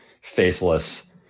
faceless